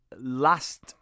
Last